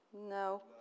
no